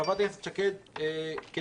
חברת הכנסת איילת שקד, כדרכה,